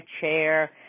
chair